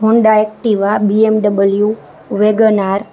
Honda Activa BMW Wagon R